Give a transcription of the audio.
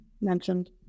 mentioned